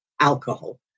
alcohol